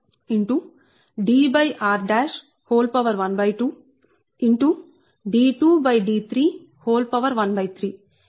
d2d313 mHkm